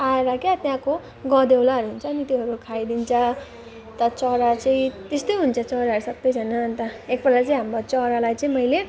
आएर क्या त्यहाँको गनेउलाहरू हुन्छ नि त्योहरू खाइदिन्छ अन्त चरा चाहिँ त्यस्तै हुन्छ चराहरू सबैजना अन्त एकपल्ट चाहिँ हाम्रो चरालाई चाहिँ मैले